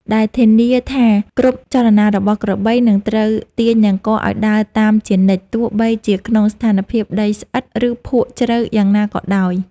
ដែលធានាថាគ្រប់ចលនារបស់ក្របីនឹងត្រូវទាញនង្គ័លឱ្យដើរតាមជានិច្ច ទោះបីជាក្នុងស្ថានភាពដីស្អិត ឬភក់ជ្រៅយ៉ាងណាក៏ដោយ។